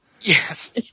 yes